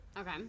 Okay